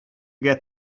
get